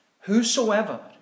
Whosoever